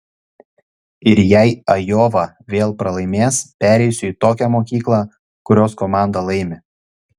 ir jei ajova vėl pralaimės pereisiu į tokią mokyklą kurios komanda laimi